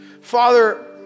Father